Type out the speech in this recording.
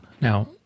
now